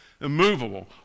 Immovable